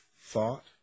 thought